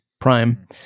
Prime